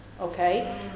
Okay